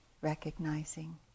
recognizing